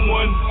one